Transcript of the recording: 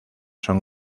son